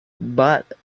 bought